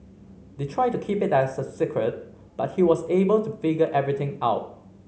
they tried to keep it a secret but he was able to figure everything out